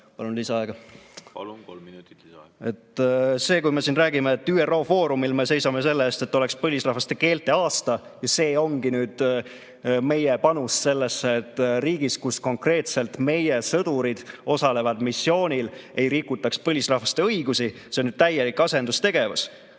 minutit lisaaega! Palun, kolm minutit lisaaega! Kui me räägime, et ÜRO foorumil me seisame selle eest, et oleks põlisrahvaste keelte aasta, ja see ongi meie panus sellesse, et riigis, kus meie sõdurid osalevad missioonil, ei rikutaks põlisrahvaste õigusi, siis see on ju täielik asendustegevus.